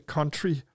Country